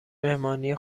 مهمانی